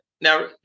Now